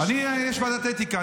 לי יש ועדת אתיקה.